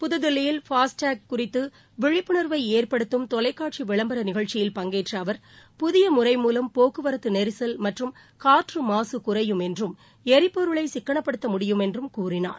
புதுதில்லியில் FASTag குறித்து விழிப்புணர்வை ஏற்படுத்தும் தொலைக்காட்சி விளம்பர நிகழ்ச்சியில் பங்கேற்ற அவர் புதிய முறை மூலம் போக்குவரத்து நெரிசல் மற்றும் காற்று மாசு குறையும் என்றும் எரிபொருளை சிக்கனப்படுத்த முடியும் என்றும் கூறினார்